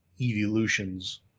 evolutions